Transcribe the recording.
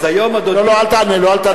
לא, אל תענה לו.